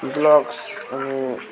blogs अनि